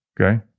okay